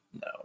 no